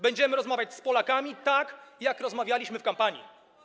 Będziemy rozmawiać z Polakami tak, jak rozmawialiśmy w kampanii.